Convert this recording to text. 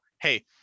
hey